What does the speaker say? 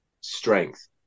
strength